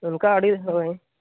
ᱚᱱᱠᱟ ᱟᱹᱰᱤ ᱦᱳᱭ